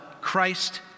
Christ